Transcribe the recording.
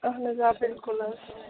اَہَن حظ آ بِلکُل حظ